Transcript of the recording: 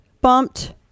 bumped